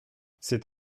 c’est